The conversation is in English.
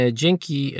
dzięki